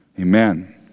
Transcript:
Amen